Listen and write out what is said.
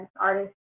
artists